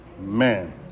Amen